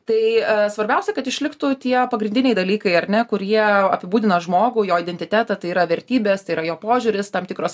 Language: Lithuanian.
tai svarbiausia kad išliktų tie pagrindiniai dalykai ar ne kurie apibūdina žmogų jo identitetą tai yra vertybės tai yra jo požiūris tam tikros